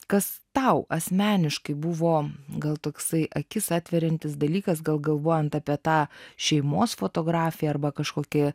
kas tau asmeniškai buvo gal toksai akis atveriantis dalykas gal galvojant apie tą šeimos fotografiją arba kažkokie